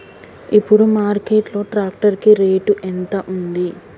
ఇప్పుడు మార్కెట్ లో ట్రాక్టర్ కి రేటు ఎంత ఉంది?